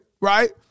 right